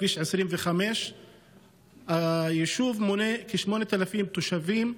כביש 25. היישוב מונה כ-8,000 תושבים,